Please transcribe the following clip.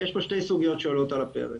יש פה שתי סוגיות שעולות על הפרק.